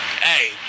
Hey